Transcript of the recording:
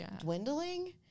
dwindling